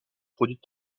produite